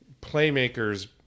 playmakers